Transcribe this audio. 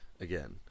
again